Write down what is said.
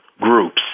groups